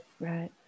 right